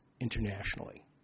internationally